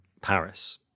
Paris